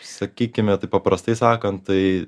sakykime taip paprastai sakant tai